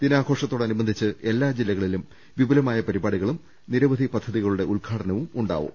ദിനാഘോഷത്തോടനുബന്ധിച്ച് എല്ലാ ജില്ല കളിലും വിപുലമായ പരിപാടികളും നിരവധി പദ്ധതികളുടെ ഉദ്ഘാ ടനവുമുണ്ടാകും